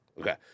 Okay